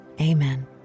amen